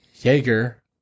Jaeger